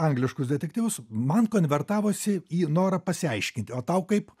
angliškus detektyvus man konvertavosi į norą pasiaiškinti o tau kaip